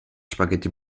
spaghetti